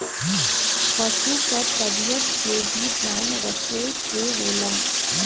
पसु क तबियत के भी ध्यान रखे के होला